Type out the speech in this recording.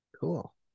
Cool